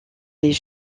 les